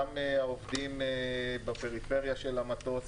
גם העובדים בפריפריה של המטוס.